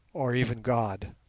or even god.